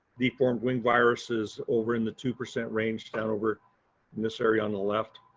deformed wing virus is over in the two percent range that over in this area on the left.